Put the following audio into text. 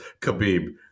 Khabib